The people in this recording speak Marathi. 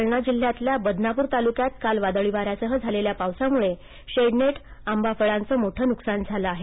जालना जिल्ह्यातल्या बदनापूर तालुक्यात काल वादळी वाऱ्यासह झालेल्या पावसामुळं शेडनेट आंबा फळांच मोठं नुकसान झालं आहे